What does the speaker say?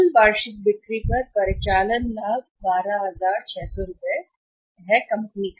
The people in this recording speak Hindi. कुल वार्षिक बिक्री पर परिचालन लाभ का यह बहुत कुछ उपलब्ध है कंपनी